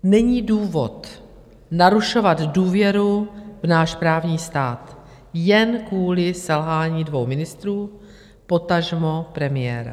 Není důvod narušovat důvěru v náš právní stát jen kvůli selhání dvou ministrů, potažmo premiéra.